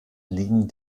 liegen